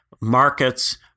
markets